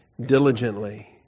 diligently